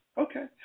Okay